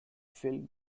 film